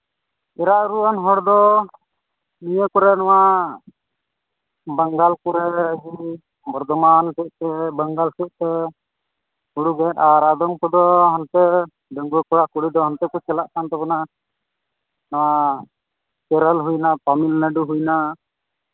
ᱮᱨᱟᱼᱩᱨᱩᱣᱟᱱ ᱦᱚᱲ ᱫᱚ ᱤᱭᱟᱹ ᱠᱚᱨᱮᱫ ᱱᱚᱣᱟ ᱵᱟᱝᱜᱟᱞ ᱠᱚᱨᱮ ᱦᱚᱸ ᱵᱚᱨᱫᱷᱚᱢᱟᱱ ᱥᱮᱫ ᱛᱮ ᱵᱟᱝᱜᱟᱞ ᱥᱮᱫ ᱛᱮ ᱦᱩᱲᱩ ᱜᱮᱫ ᱟᱨ ᱟᱫᱚᱢ ᱠᱚᱫᱚ ᱦᱟᱱᱛᱮ ᱰᱟᱺᱜᱩᱣᱟᱹ ᱠᱚᱲᱟᱼᱠᱩᱲᱤ ᱫᱚ ᱦᱟᱱᱛᱮ ᱠᱚ ᱪᱟᱞᱟᱜ ᱠᱟᱱ ᱛᱟᱵᱚᱱᱟ ᱠᱮᱨᱟᱞ ᱦᱩᱭᱱᱟ ᱛᱟᱹᱢᱤᱞᱱᱟᱹᱰᱩ ᱦᱩᱭᱱᱟ